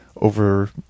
over